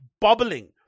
bubbling